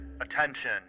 attention